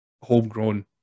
homegrown